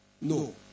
No